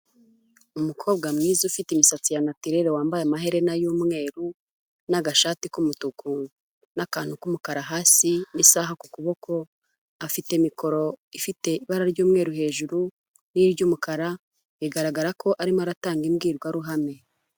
Umukobwa mwiza ufite imisatsi ya natirere, wambaye amaherena y'umweru, n'agashati k'umutuku, n'akantu k'umukara hasi n'isaha ku kuboko. Afite mikoro ifite ibara ry'umweru hejuru n'iry'umukara. Bigaragara ko arimo aratanga imbwirwaruhame.